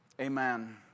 Amen